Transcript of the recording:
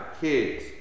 kids